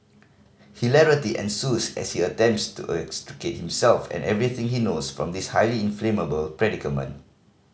hilarity ensues as he attempts to extricate himself and everything he knows from this highly inflammable predicament